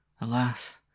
Alas